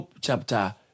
chapter